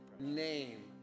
name